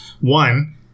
One